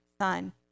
son